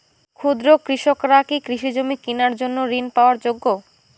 ক্ষুদ্র কৃষকরা কি কৃষিজমি কিনার জন্য ঋণ পাওয়ার যোগ্য?